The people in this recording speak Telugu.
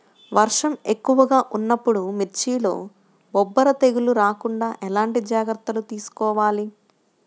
వర్షం ఎక్కువగా ఉన్నప్పుడు మిర్చిలో బొబ్బర తెగులు రాకుండా ఎలాంటి జాగ్రత్తలు తీసుకోవాలి?